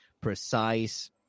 precise